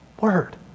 Word